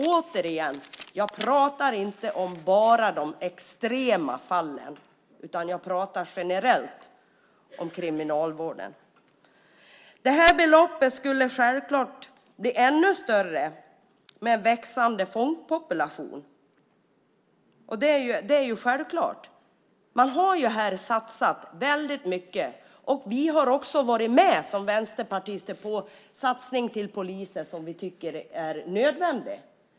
Återigen är det inte bara de extrema fallen jag pratar om, utan jag pratar om kriminalvården generellt. Beloppet skulle självfallet bli ännu större med en växande fångpopulation. Det är ju självklart. Man har satsat väldigt mycket, och vi har som vänsterpartister varit med på satsningen på polisen, som vi tycker är nödvändig.